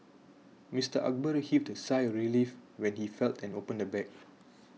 Mister Akbar heaved a sigh of relief when he felt and opened the bag